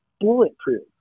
bulletproof